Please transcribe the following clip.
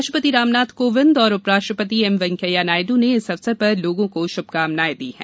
राष्ट्रपति रामनाथ कोविंद और उपराष्ट्रपति एम वेंकैया नायडू ने इस अवसर पर लोगों को शुभकामनाएं दी हैं